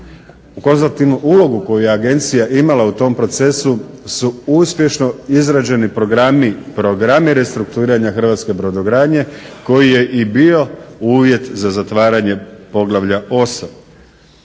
konzultativnu ulogu koju je agencija imala u tom procesu su uspješno izrađeni programi, programi restrukturiranja hrvatske brodogradnje koji je i bio uvjet za zatvaranje poglavlja 8.